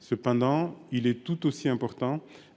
Cependant, il est tout aussi important